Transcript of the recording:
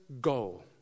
goal